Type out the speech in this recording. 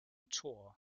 tour